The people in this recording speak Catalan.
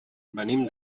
venim